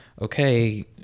okay